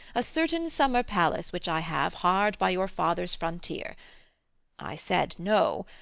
a certain summer-palace which i have hard by your father's frontier i said no,